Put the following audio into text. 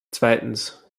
zweitens